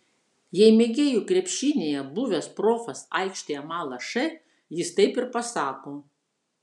jei mėgėjų krepšinyje buvęs profas aikštėje mala š jis taip ir pasako